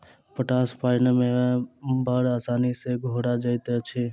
potash पाइन मे बड़ आसानी सॅ घोरा जाइत अछि